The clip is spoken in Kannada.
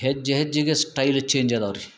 ಹೆಜ್ಜಿ ಹೆಜ್ಜಿಗೆ ಸ್ಟೈಲ್ ಚೇಂಜ್ ಅದಾವ್ರಿ